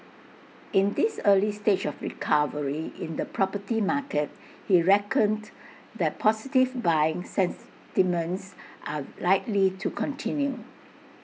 in this early stage of recovery in the property market he reckoned that positive buying sentiments are likely to continue